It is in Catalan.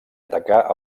atacar